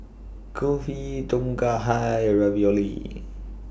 Kulfi Tom Kha Hai and Ravioli